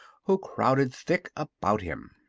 who crowded thick about him.